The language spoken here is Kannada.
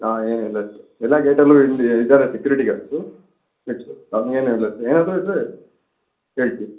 ಹಾಂ ಏನು ಇಲ್ಲ ಸರ್ ಎಲ್ಲ ಗೇಟಲ್ಲೂ ಇಲ್ಲಿ ಇದ್ದಾರೆ ಸೆಕ್ಯುರಿಟಿ ಗಾರ್ಡ್ಸು ಹಂಗೆ ಏನು ಇಲ್ಲ ಸರ್ ಏನಾದರೂ ಇದ್ದರೆ ಹೇಳ್ತೀವಿ